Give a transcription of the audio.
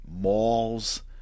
malls